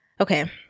Okay